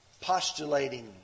postulating